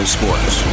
Sports